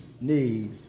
need